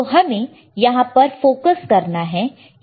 तो हमें यहां पर फोकस करना होगा